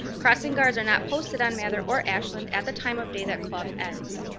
crossing guards are not posted on mather or ashland at the time of day that club ends.